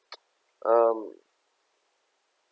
um